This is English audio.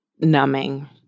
numbing